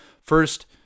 first